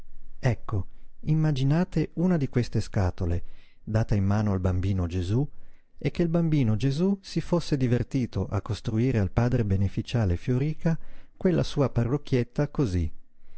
ecco immaginate una di queste scatole data in mano al bambino gesú e che il bambino gesú si fosse divertito a costruire al padre beneficiale fioríca quella sua parrocchietta cosí